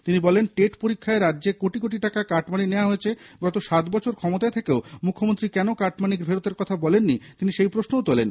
তিনি বলেন টেট পরীক্ষায় রাজ্যে কোটি কোটি টাকা কাটমানি নেওয়া হয়েছে গত সাত বছর ক্ষমতায় থেকেও মুখ্যমন্ত্রী কেন কাটমানি ফেরতের কথা বলেননি তিনি সেই প্রশ্নও তোলেন